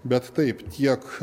bet taip tiek